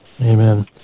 Amen